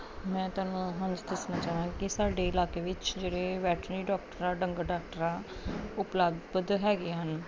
ਮੈਂ ਤੁਹਾਨੂੰ ਹਾਂਜੀ ਦੱਸਣਾ ਚਾਹਵਾਂਗੀ ਕਿ ਸਾਡੇ ਇਲਾਕੇ ਵਿੱਚ ਜਿਹੜੇ ਵੈਟਰਨਰੀ ਡਾਕਟਰ ਆ ਡੰਗਰ ਡਾਕਟਰ ਆ ਉਪਲਬਧ ਹੈਗੇ ਹਨ